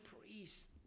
priest